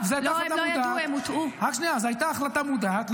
זאת הייתה החלטה מודעת.